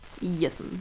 Yes